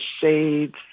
shades